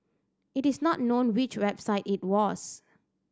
it is not known which website it was